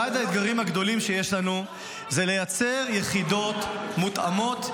אחד האתגרים הגדולים שיש לנו זה לייצר יחידות מותאמות,